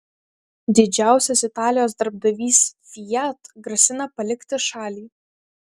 didžiausias italijos darbdavys fiat grasina palikti šalį